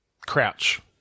Crouch